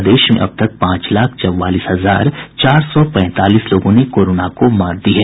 प्रदेश में अब तक पांच लाख चौवालीस हजार चार सौ पैंतालीस लोगों ने कोरोना को मात दी है